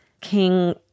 King